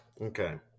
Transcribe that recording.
Okay